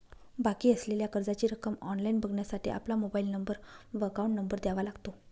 बाकी असलेल्या कर्जाची रक्कम ऑनलाइन बघण्यासाठी आपला मोबाइल नंबर व अकाउंट नंबर द्यावा लागतो